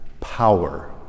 power